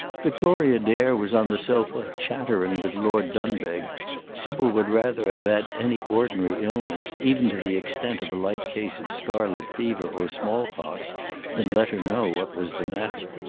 victoria dare was on the sofa, chattering with lord dunbeg sybil would rather have had any ordinary illness, even to the extent of a light case of scarlet fever or small-pox than let her know what was the matter.